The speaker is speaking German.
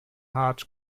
art